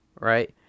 right